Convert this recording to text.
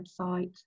website